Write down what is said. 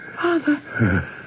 Father